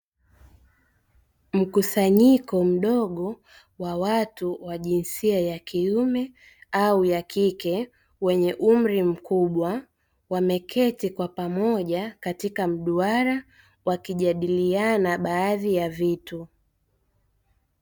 Mkusanyiko mdogo wa watu wa jinsia ya kiume au ya kike, wenye umri mkubwa wameketi kwa pamoja katika mduara wakijadiliana baadhi ya vitu.